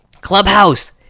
Clubhouse